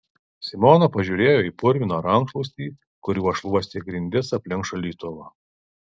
simona pažiūrėjo į purviną rankšluostį kuriuo šluostė grindis aplink šaldytuvą